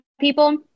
people